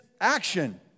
action